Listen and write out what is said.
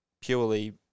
purely